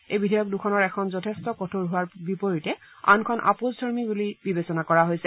এই বিধেয়ক দুখনৰ এখন যথেষ্ট কঠোৰ হোৱাৰ বিপৰীতে আনখন আপোচধৰ্মী বুলি বিবেচনা কৰা হৈছে